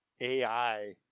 AI